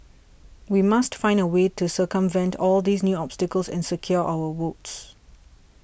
we must find a way to circumvent all these new obstacles and secure our votes